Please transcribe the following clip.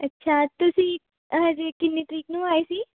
ਅੱਛਾ ਤੁਸੀਂ ਹਜੇ ਕਿੰਨੇ ਤਰੀਕ ਨੂੰ ਆਏ ਸੀ